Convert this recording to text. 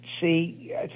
see